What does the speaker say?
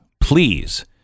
please